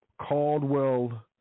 Caldwell